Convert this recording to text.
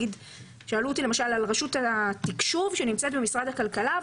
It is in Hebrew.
שאלו אותי למשל על רשות התקשוב שנמצאת במשרד הכלכלה,